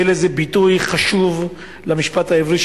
יהיה להן ביטוי חשוב של המשפט העברי.